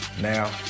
Now